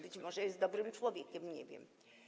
Być może jest dobrym człowiekiem, nie wiem.